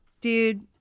Dude